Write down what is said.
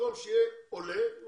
במקום שיהיה עולה,